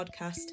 podcast